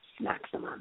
maximum